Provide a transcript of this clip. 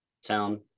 sound